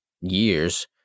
years